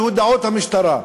בהודעות המשטרה.